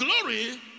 glory